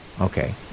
Okay